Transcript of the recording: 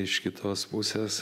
iš kitos pusės